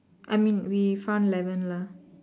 I mean we found eleven lah